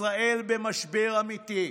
ישראל במשבר אמיתי,